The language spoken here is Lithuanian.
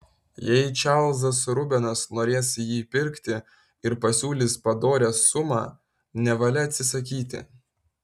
jei čarlzas rubenas norės jį pirkti ir pasiūlys padorią sumą nevalia atsisakyti